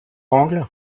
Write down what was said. angles